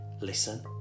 listen